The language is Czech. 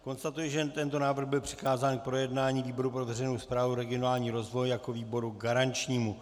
Konstatuji, že tento návrh byl přikázán k projednání výboru pro veřejnou správu a regionální rozvoj jako výboru garančnímu.